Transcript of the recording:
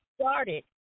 started